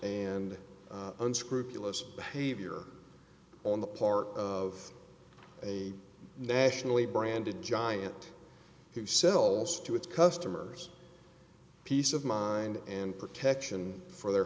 and unscrupulous behavior on the part of a nationally branded giant who sells to its customers peace of mind and protection for their